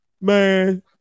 man